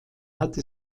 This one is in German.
hatte